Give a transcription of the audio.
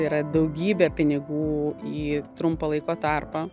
yra daugybė pinigų į trumpą laiko tarpą